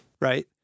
right